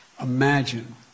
Imagine